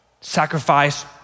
Sacrifice